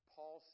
Paul